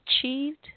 achieved